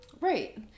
right